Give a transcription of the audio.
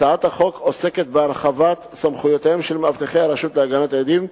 הצעת החוק עוסקת בהרחבת סמכויותיהם של מאבטחי הרשות להגנת עדים,